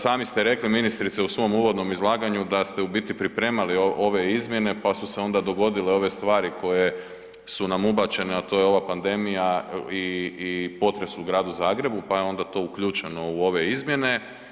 Sami ste rekli ministrice u svom uvodnom izlaganju da ste u biti pripremali ove izmjene pa su se onda dogodile i ove stvari koje su nam ubačene, a to je ova pandemija i potres u Gradu Zagrebu, pa je onda to uključeno u ove izmjene.